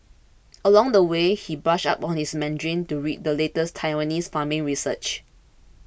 along the way he brushed up on his Mandarin to read the latest Taiwanese farming research